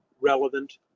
relevant